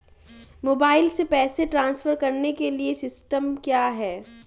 Mobile से पैसे transfer करने के लिए सिस्टम क्या है?